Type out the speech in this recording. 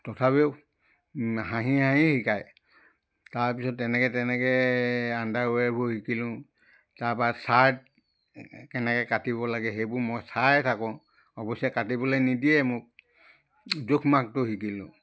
তথাপিও হাঁহি হাঁহি শিকায় তাৰপিছত তেনেকৈ তেনেকৈ আণ্ডাৰৱেৰবোৰ শিকিলোঁ তাপা চাৰ্ট কেনেকৈ কাটিব লাগে সেইবোৰ মই চাই থাকোঁ অৱশ্যে কাটিবলৈ নিদিয়ে মোক জোখ মাখটো শিকিলোঁ